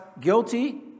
guilty